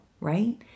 Right